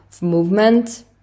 movement